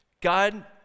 God